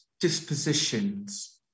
dispositions